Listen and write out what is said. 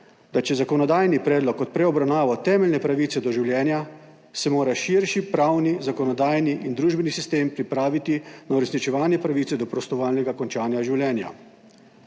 da če zakonodajni predlog odpre obravnavo temeljne pravice do življenja, se mora širši pravni, zakonodajni in družbeni sistem pripraviti na uresničevanje pravice do prostovoljnega končanja življenja.